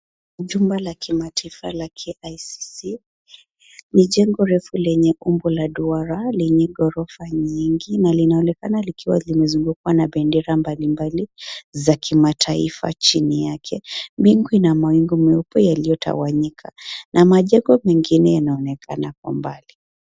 Jumba la kimataifa la KICC ni jengo refu lenye umbo la duara lenye ghorofa nyingi na linaonekana likiwa limezungukwa na bendera mbalimbali za kimataifa chini yake. Bingu ina mawingu meupe yaliyotawanyika na majengo mengine yanaonekana kwa mbali.